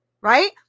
right